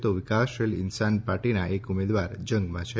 તો વિકાસશીલ ઇન્સાન પાર્ટીના એક ઉમેદવાર જંગમાં છે